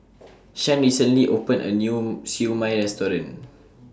Shan recently opened A New Siew Mai Restaurant